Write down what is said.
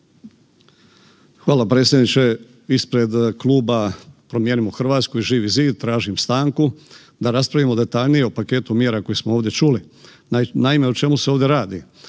Hvala predsjedniče. Ispred Kluba Promijenimo Hrvatsku i Živi zid tražim stanku da raspravimo detaljnije o paketu mjera koje smo ovdje čuli. Naime, o čemu se ovdje radi.